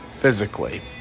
physically